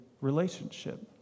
relationship